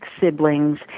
siblings